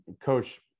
coach